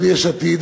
של יש עתיד.